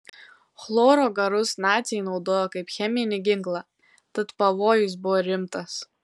chloro garus naciai naudojo kaip cheminį ginklą tad pavojus buvo rimtas